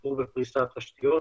קשור בפריסת תשתיות.